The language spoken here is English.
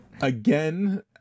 again